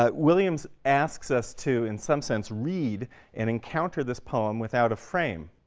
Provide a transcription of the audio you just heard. ah williams asks us to, in some sense, read and encounter this poem without a frame,